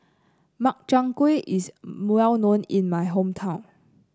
Makchang Gui is well known in my hometown